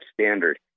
standard